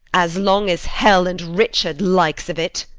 as long as hell and richard likes of it.